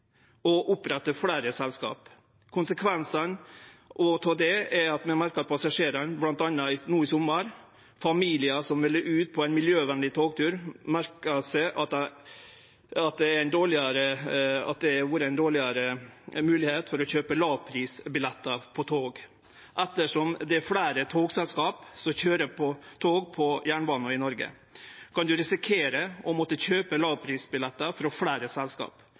og å opprette fleire selskap. Konsekvensane av det var bl.a. at passasjerane no i sommar – familiar som ville ut på ein miljøvenleg togtur – merka at det har vorte ein dårlegare moglegheit til å kjøpe lågprisbillettar på tog. Ettersom det er fleire togselskap som køyrer tog på jernbana i Noreg, kan ein risikere å måtte kjøpe lågprisbillettar frå fleire selskap,